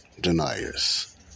deniers